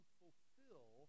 fulfill